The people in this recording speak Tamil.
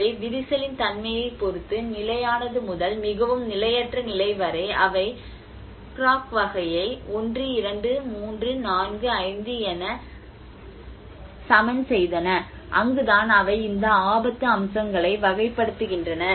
எனவே விரிசலின் தன்மையைப் பொறுத்து நிலையானது முதல் மிகவும் நிலையற்ற நிலை வரை அவை கிராக் வகையை 1 2 3 4 5 என சமன் செய்தன அங்குதான் அவை இந்த ஆபத்து அம்சங்களை வகைப்படுத்துகின்றன